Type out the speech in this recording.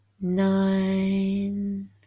Nine